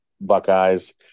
Buckeyes